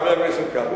חבר הכנסת כבל,